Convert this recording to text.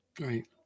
Right